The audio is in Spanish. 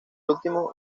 último